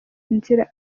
inzira